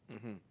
mmhmm